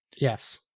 Yes